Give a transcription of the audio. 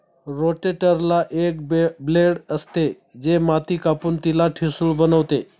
रोटेटरला एक ब्लेड असते, जे माती कापून तिला ठिसूळ बनवते